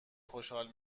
خوشحال